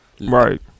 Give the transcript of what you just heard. Right